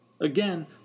Again